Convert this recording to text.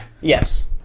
Yes